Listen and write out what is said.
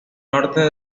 norte